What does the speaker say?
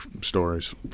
stories